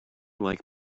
like